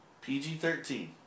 PG-13